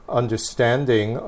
understanding